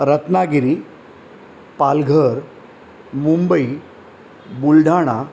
Ratnagiri Palghar Mumbai Buldhana